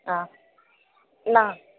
ஆ என்ன